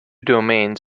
domains